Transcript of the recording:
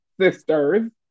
sisters